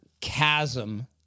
chasm